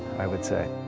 i would say.